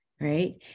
right